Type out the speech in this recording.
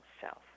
self